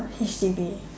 H_D_B